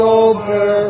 over